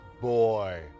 Boy